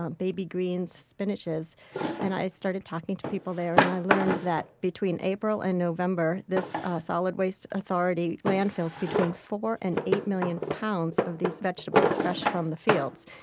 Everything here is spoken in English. um baby greens and spinaches and i started talking to people there. and i learned that between april and november, this ah solid waste authority landfills between four and eight million pounds of these vegetables fresh from the fields.